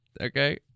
okay